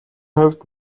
хувьд